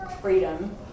Freedom